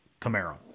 Camaro